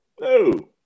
No